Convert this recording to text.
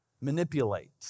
manipulate